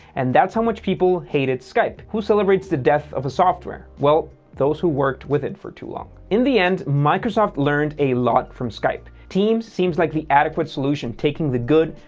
and that's how much people hated skype. who celebrates the death of software? well, those who worked with it for too long. in the end, microsoft learned a lot from skype. teams seems like the adequate evolution, taking the good,